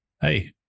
hey